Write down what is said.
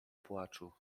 płaczu